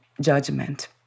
judgment